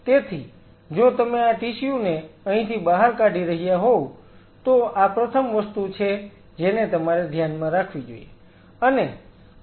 તેથી જો તમે આ ટિશ્યુ ને અહીંથી બહાર કાઢી રહ્યા હોવ તો આ પ્રથમ વસ્તુ છે જેને તમારે ધ્યાનમાં રાખવી જોઈએ